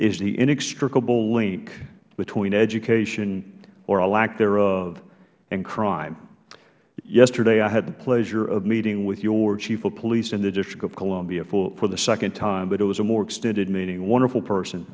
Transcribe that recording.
inextricable link between education or a lack thereof and crime yesterday i had the pleasure of meeting with your chief of police in the district of columbia for the second time but it was a more extended meeting a wonderful person